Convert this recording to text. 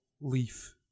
leaf